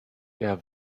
der